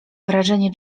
wrażenie